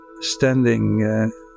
standing